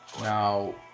Now